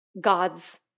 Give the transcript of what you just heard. God's